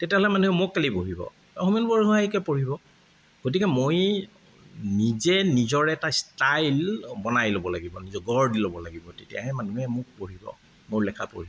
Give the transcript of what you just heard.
তেতিয়াহ'লে মানুহে মোক কেলেই পঢ়িব হোমেন বৰগোহাঁইকে পঢ়িব গতিকে মই নিজে নিজৰ এটা ষ্টাইল বনাই দিব লাগিব নিজে গঢ় দি ল'ব লাগিব তেতিয়াহে মানুহে পঢ়িব মোৰ লেখা পঢ়িব